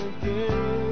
again